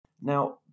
Now